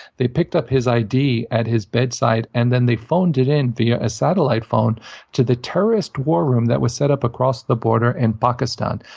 they picked up his id at his bedside, and then they phoned it in via a satellite phone to the terrorist war room that was set up across the border in and pakistan.